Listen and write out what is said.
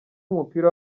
w’umupira